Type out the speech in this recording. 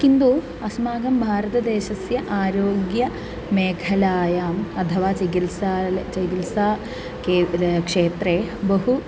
किन्तु अस्माकं भारतदेशस्य आरोग्यमेखलायाम् अथवा चिकित्सालयः चिकित्सा के र क्षेत्रे बहु